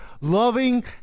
loving